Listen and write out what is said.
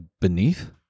beneath